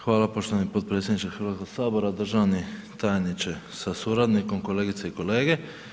Hvala poštovani potpredsjedniče Hrvatskog sabora, državni tajniče sa suradnikom, kolegice i kolege.